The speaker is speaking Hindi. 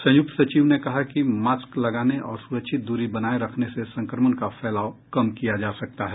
संयुक्त सचिव ने कहा कि मास्क लगाने और सुरक्षित दूरी बनाए रखने से संक्रमण का फैलाव कम किया जा सकता है